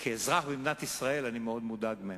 כאזרח במדינת ישראל אני מאוד מודאג מהם.